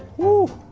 woo,